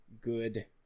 good